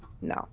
No